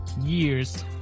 years